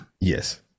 yes